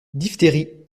diphtérie